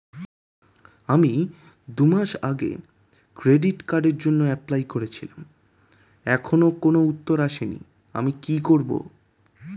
আমি দুমাস আগে ক্রেডিট কার্ডের জন্যে এপ্লাই করেছিলাম এখনো কোনো উত্তর আসেনি আমি কি করব?